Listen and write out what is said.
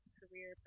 career